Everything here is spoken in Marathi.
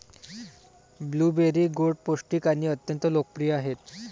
ब्लूबेरी गोड, पौष्टिक आणि अत्यंत लोकप्रिय आहेत